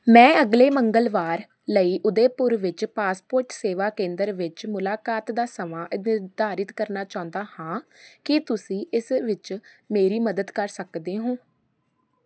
ਮੈਂ ਅਗਲੇ ਮੰਗਲਵਾਰ ਲਈ ਉਦੈਪੁਰ ਵਿੱਚ ਪਾਸਪੋਰਟ ਸੇਵਾ ਕੇਂਦਰ ਵਿੱਚ ਮੁਲਾਕਾਤ ਦਾ ਸਮਾਂ ਨਿਰਧਾਰਤ ਕਰਨਾ ਚਾਹੁੰਦਾ ਹਾਂ ਕੀ ਤੁਸੀਂ ਇਸ ਵਿੱਚ ਮੇਰੀ ਮਦਦ ਕਰ ਸਕਦੇ ਹੋ